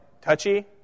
touchy